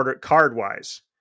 card-wise